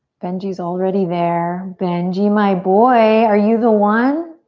benji's already there. benji, my boy! are you the one?